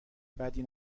بدی